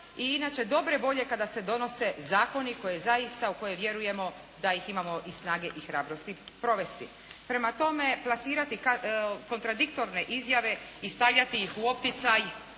i inače dobre volje kada se donose zakoni koji zaista, u koje vjerujemo da ih imamo i snage i hrabrosti provesti. Prema tome, plasirati kontradiktorne izjave i stavljati ih u opticaj,